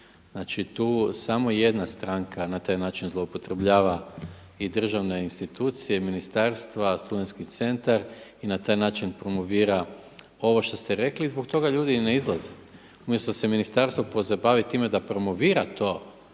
Znači tu samo jedna stranka na taj način zloupotrebljava i državne institucije i ministarstva, SC i na taj način promovira ovo što ste rekli i zbog toga ljudi ne izlaze. Umjesto da se ministarstvo pozabavi time da promovira to